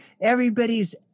everybody's